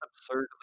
absurdly